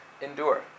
endure